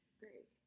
great